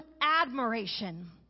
admiration